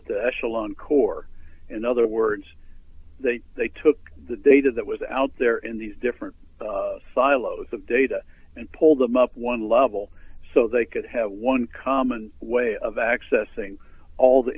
it the actual encore in other words they took the data that was out there in these different silos of data and pull them up one level so they could have one common way of accessing all the